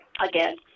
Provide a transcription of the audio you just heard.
Again